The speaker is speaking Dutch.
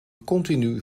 continu